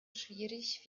schwierig